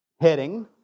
heading